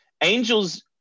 Angels